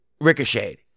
ricocheted